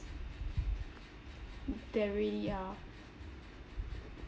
there is ya